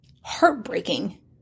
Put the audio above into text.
heartbreaking